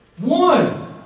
One